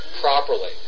properly